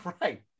Right